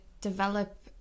develop